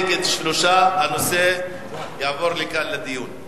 בעד, 4, נגד, 3. הנושא יעבור לדיון כאן.